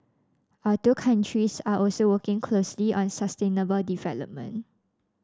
our two countries are also working closely on sustainable development